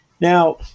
Now